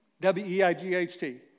W-E-I-G-H-T